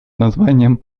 названием